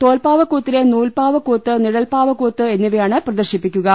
തോൽപ്പാവക്കൂത്തിലെ നൂൽപ്പാവക്കൂത്ത് നിഴൽ പ്പാവക്കൂത്ത് എന്നിവയാണ് പ്രദർശിപ്പിക്കുക